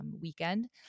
weekend